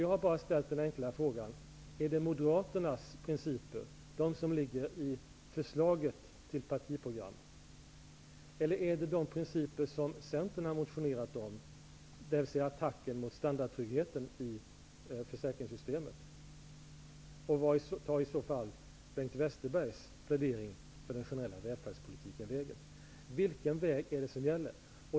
Jag har bara ställt den enkla frågan: Är det Moderaternas principer i förslaget till partiprogram eller är det de principer som Centern har motionerat om, dvs. attacken mot standardtryggheten i försäkringssystemet, som ligger bakom detta? Vart tar i så fall Bengt Westerbergs plädering för den generella välfärdspolitiken vägen? Vilken väg är det som gäller?